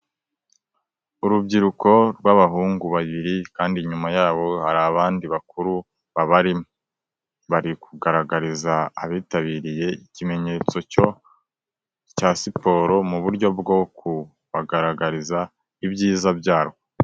Urubyiruko rw'abahungu babiri kandi nyuma yabo hari abandi bakuru babarimo, bari kugaragariza abitabiriye ikimenyetso cya siporo mu buryo bwo kubagaragariza ibyiza byazo.